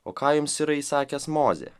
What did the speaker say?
o ką jums yra įsakęs mozė